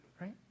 Right